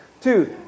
two